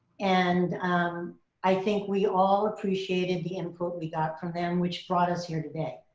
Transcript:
and i think we all appreciated the input we got from them, which brought us here today.